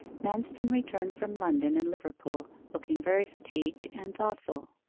manston returned from london and liverpool, looking very fatigued and thoughtful.